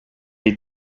est